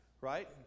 Right